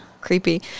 creepy